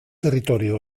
territorio